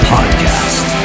Podcast